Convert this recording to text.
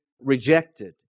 rejected